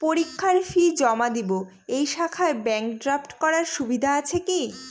পরীক্ষার ফি জমা দিব এই শাখায় ব্যাংক ড্রাফট করার সুবিধা আছে কি?